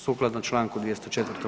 Sukladno čl. 204.